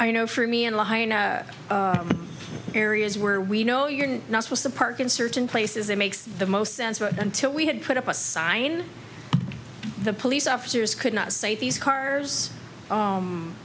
i know for me and areas where we know you're not supposed to park in certain places it makes the most sense but until we had put up a sign the police officers could not say these cars